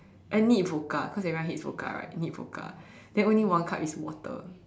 a neat vodka cause everyone hates vodka right neat vodka then only one cup is water